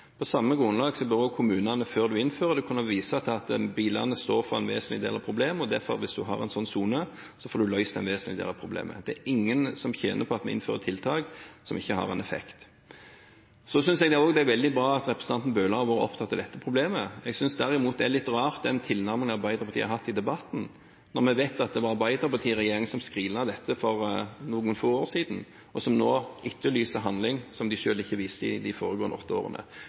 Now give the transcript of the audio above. På samme grunnlag bør også kommunene – før man innfører det – kunne vise til at bilene står for en vesentlig del av problemet, og derfor, hvis man har en sånn sone, får man løst en vesentlig del av problemet. Det er ingen som tjener på at vi innfører tiltak som ikke har en effekt. Så synes jeg også det er veldig bra at representanten Bøhler har vært opptatt av dette problemet. Jeg synes derimot den tilnærmingen Arbeiderpartiet har hatt i debatten, er litt rar når man vet at det var arbeiderpartiregjeringen som skrinla dette for noen få år siden, og som nå etterlyser handling, noe som de selv ikke viste i de foregående åtte årene.